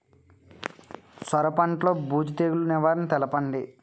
సొర పంటలో బూజు తెగులు నివారణ తెలపండి?